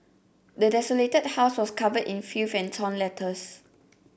the desolated house was covered in filth and torn letters